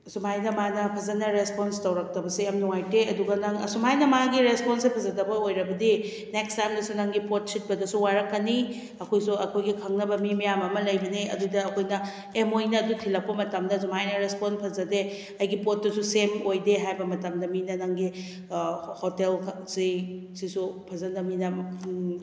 ꯁꯨꯃꯥꯏꯅ ꯃꯥꯅ ꯐꯖꯅ ꯔꯦꯁꯄꯣꯟꯁ ꯇꯧꯔꯛꯇꯕꯁꯦ ꯌꯥꯝꯅ ꯅꯨꯡꯉꯥꯏꯇꯦ ꯑꯗꯨꯒ ꯅꯪ ꯑꯁꯨꯃꯥꯏꯅ ꯃꯥꯒꯤ ꯔꯦꯁꯄꯣꯟꯁꯦ ꯐꯖꯗꯕ ꯑꯣꯏꯔꯕꯗꯤ ꯅꯦꯛꯁ ꯇꯥꯏꯝꯗꯁꯨ ꯅꯪꯒꯤ ꯄꯣꯠ ꯁꯤꯠꯄꯗꯁꯨ ꯋꯥꯔꯛꯀꯅꯤ ꯑꯩꯈꯣꯏꯁꯨ ꯑꯩꯈꯣꯏꯒꯤ ꯈꯪꯅꯕ ꯃꯤ ꯃꯌꯥꯝ ꯑꯃ ꯂꯩꯕꯅꯦ ꯑꯗꯨꯗ ꯑꯩꯈꯣꯏꯅ ꯑꯦ ꯃꯈꯣꯏ ꯑꯗꯨ ꯊꯤꯂꯛꯄ ꯃꯇꯝꯗ ꯁꯨꯃꯥꯏꯅ ꯔꯦꯁꯄꯣꯟ ꯐꯖꯗꯦ ꯑꯩꯒꯤ ꯄꯣꯠꯇꯨꯁꯨ ꯁꯦꯐ ꯑꯣꯏꯗꯦ ꯍꯥꯏꯕ ꯃꯇꯝꯗ ꯃꯤꯅ ꯅꯪꯒꯤ ꯍꯣꯇꯦꯜꯁꯤ ꯁꯤꯁꯨ ꯐꯖꯅ ꯃꯤꯅ